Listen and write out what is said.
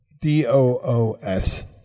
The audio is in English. D-O-O-S